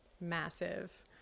massive